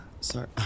Sorry